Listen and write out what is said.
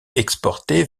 exporté